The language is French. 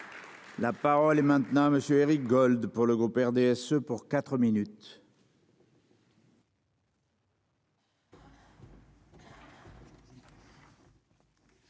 La parole est maintenant monsieur Éric Gold pour le groupe RDSE pour 4 minutes.